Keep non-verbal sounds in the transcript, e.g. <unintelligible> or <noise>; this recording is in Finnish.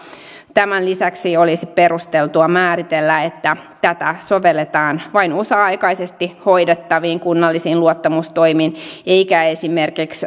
tämän lisäksi olisi perusteltua määritellä että tätä sovelletaan vain osa aikaisesti hoidettaviin kunnallisiin luottamustoimiin eikä esimerkiksi <unintelligible>